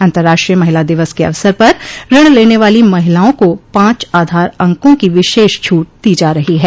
अंतर्राष्ट्रीय महिला दिवस के अवसर पर ऋण लेने वाली महिलाओं को पांच आधार अंकों की विशेष छूट दी जा रही है